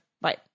Bye